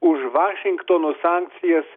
už vašingtono sankcijas